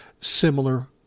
similar